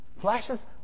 flashes